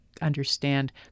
understand